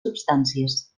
substàncies